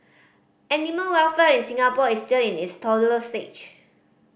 animal welfare in Singapore is still in its toddler stage